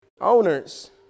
Owners